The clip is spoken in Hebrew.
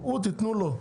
תנו להם.